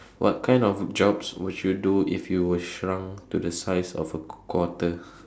what kind of jobs would you do if you were shrunk to the size of a q~ quarter